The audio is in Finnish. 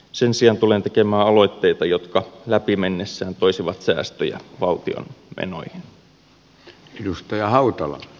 sen sijaan tulen tekemään aloitteita jotka läpi mennessään toisivat säästöjä valtion menoihin